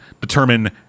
determine